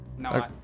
No